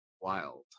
wild